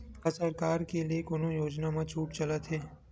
का सरकार के ले कोनो योजना म छुट चलत हे?